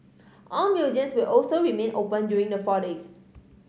all museums will also remain open during the four days